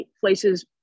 places